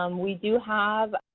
um we do have